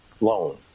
loan